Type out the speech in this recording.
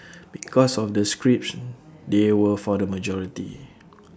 because of the scripts they were for the majority